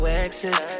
exes